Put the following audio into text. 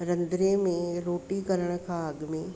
रंधिणे में रोटी करण खां अॻ में